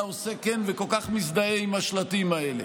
עושה "כן" וכל כך מזדהה עם השלטים האלה?